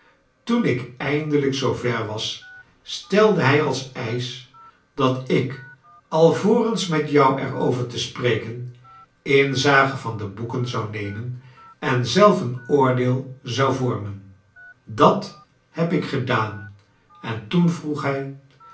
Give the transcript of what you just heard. toen ik eindelijk zoover was stelde hij als eisch dat ik alvorens met jou er over te spreken inzage van de boeken zou nemen en zelf een oordeel zou vormen dat heb ik gedaan en toen vroeg hij